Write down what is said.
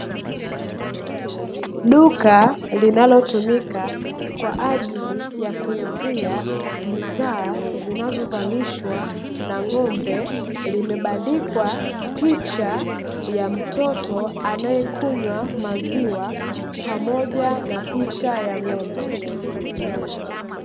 Duka linalotumika kwa ajili ya kuuzia bidhaa zinazozalishwa na ng'ombe. Limebandikwa picha ya mtoto anayekunywa maziwa, pamoja na picha ya ng'ombe.